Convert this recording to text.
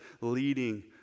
leading